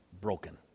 broken